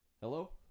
Hello